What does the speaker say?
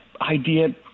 idea